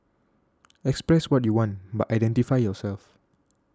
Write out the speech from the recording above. express what you want but identify yourself